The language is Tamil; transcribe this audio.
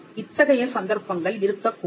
இத்தகைய சந்தர்ப்பங்கள் இருக்கக்கூடும்